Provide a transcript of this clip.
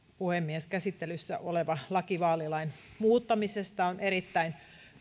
puhemies käsittelyssä oleva laki vaalilain muuttamisesta on erittäin